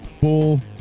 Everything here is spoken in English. Bull